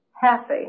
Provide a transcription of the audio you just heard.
happy